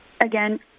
Again